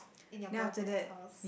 in your boyfriend's house